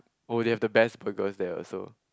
oh they have the best burgers there also